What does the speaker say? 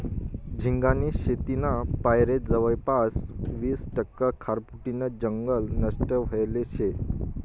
झिंगानी शेतीना पायरे जवयपास वीस टक्का खारफुटीनं जंगल नष्ट व्हयेल शे